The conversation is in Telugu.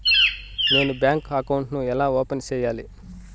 నేను బ్యాంకు అకౌంట్ ను ఎలా ఓపెన్ సేయాలి?